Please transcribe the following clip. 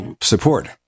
support